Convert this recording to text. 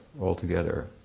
altogether